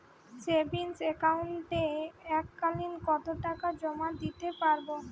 Savings একাউন্টে এক কালিন কতটাকা জমা দিতে পারব?